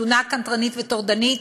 תלונה קנטרנית וטורדנית,